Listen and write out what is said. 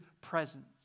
presence